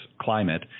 climate